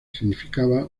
significaba